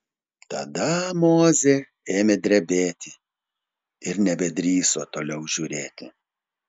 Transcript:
tada mozė ėmė drebėti ir nebedrįso toliau žiūrėti